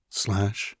slash